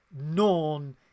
known